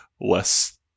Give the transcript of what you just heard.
less